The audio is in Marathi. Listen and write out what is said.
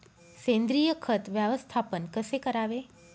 सेंद्रिय खत व्यवस्थापन कसे करावे?